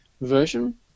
version